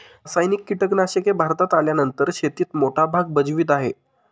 रासायनिक कीटनाशके भारतात आल्यानंतर शेतीत मोठा भाग भजवीत आहे